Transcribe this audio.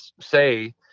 say